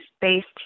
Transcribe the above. based